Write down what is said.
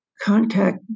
contact